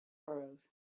burrows